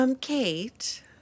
Kate